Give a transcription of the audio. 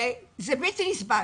זה בלתי נסבל.